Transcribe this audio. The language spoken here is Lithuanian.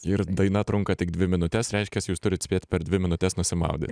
ir daina trunka tik dvi minutes reiškias jūs turit spėti per dvi minutes nusimaudyt